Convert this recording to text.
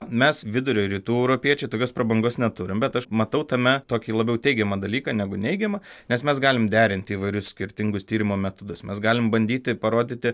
mes vidurio rytų europiečiai tokios prabangos neturim bet aš matau tame tokį labiau teigiamą dalyką negu neigiamą nes mes galim derinti įvairius skirtingus tyrimo metodus mes galim bandyti parodyti